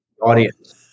audience